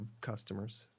customers